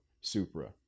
Supra